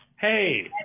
Hey